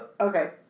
okay